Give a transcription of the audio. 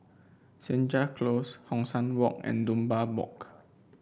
Senja Close Hong San Walk and Dunbar Walk